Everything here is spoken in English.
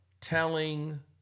telling